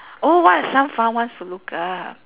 oh what are some fun ones to look up